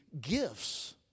gifts